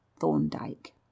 Thorndyke